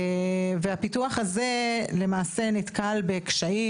והפיתוח הזה למעשה נתקל בקשיים,